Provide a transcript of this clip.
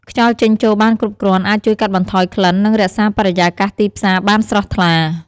ខ្យល់ចេញចូលបានគ្រប់គ្រាន់អាចជួយកាត់បន្ថយក្លិន និងរក្សាបរិយាកាសទីផ្សារបានស្រស់ថ្លា។